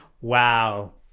Wow